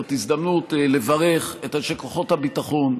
זאת הזדמנות לברך את אנשי כוחות הביטחון,